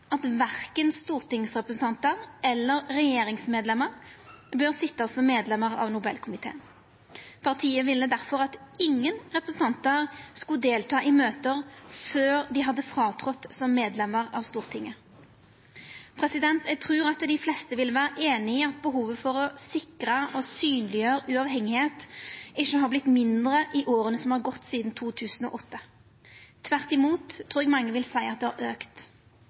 at verken stortingsrepresentantar eller regjeringsmedlemer bør sitja som medlemer av Nobelkomiteen. Partiet ville difor at ingen representantar skulle delta i møte før dei hadde gått av som medlemer av Stortinget. Eg trur dei fleste vil vera einig i at behovet for å sikra og synleggjera sjølvstende ikkje har vorte mindre i åra som har gått sidan 2008. Tvert imot trur eg mange vil seia at det har